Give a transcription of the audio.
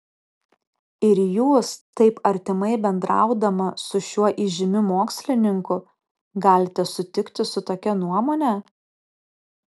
ir jūs taip artimai bendraudama su šiuo įžymiu mokslininku galite sutikti su tokia nuomone